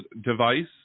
device